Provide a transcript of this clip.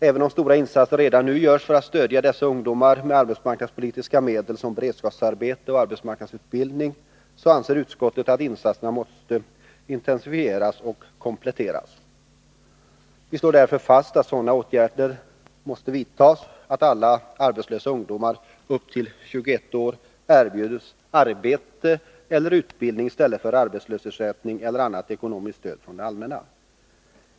Även om stora insatser redan nu görs för att stödja dessa ungdomar med arbetsmarknadspolitiska medel som beredskapsarbete och arbetsmarknadsutbildning, så anser utskottet att insatserna måste intensifieras och kompletteras. Vi slår därför fast att sådana åtgärder måste vidtas att alla arbetslösa ungdomar upp till 21 år erbjuds arbete eller utbildning i stället för arbetslöshetsersättning eller annat ekonomiskt stöd från det allmänna.